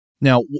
Now